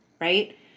right